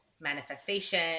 manifestation